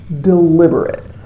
deliberate